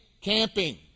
camping